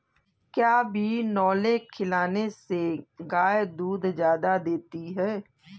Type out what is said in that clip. क्या बिनोले खिलाने से गाय दूध ज्यादा देती है?